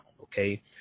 okay